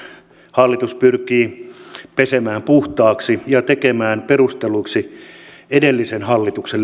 hallitus pyrkii pesemään koulutusleikkauksia puhtaaksi ja tekemään ne perustelluiksi edellisen hallituksen